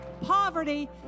poverty